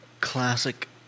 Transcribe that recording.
classic